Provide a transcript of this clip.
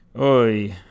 Oi